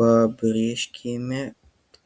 pabrėžkime